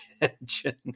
attention